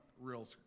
real